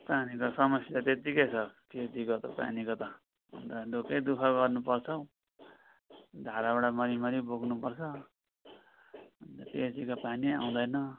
पानीको समस्या त्यतिकै छ पिएचईको त पानीको त दु खै दु ख गर्नुपर्छौ धाराबाट मरि मरि बोक्नु पर्छ अन्त पिएचईको पानी आउँदैन